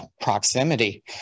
proximity